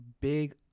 big